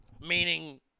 meaning